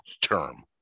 term